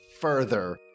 further